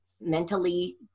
mentally